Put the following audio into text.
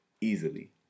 easily